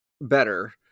better